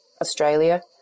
Australia